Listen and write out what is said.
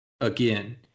Again